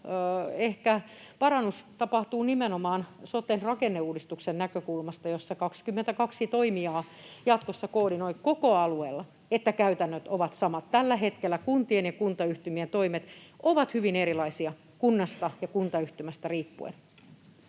iso parannus tapahtuu nimenomaan sote-rakenneuudistuksen näkökulmasta, kun 22 toimijaa koko alueella jatkossa koordinoi, että käytännöt ovat samat. Tällä hetkellä kuntien ja kuntayhtymien toimet ovat hyvin erilaisia kunnasta ja kuntayhtymästä riippuen.